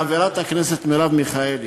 חברת הכנסת מרב מיכאלי,